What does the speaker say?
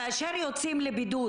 כאשר יוצאים לבידוד,